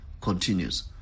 continues